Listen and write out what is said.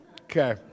Okay